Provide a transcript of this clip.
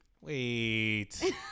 wait